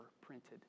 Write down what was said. printed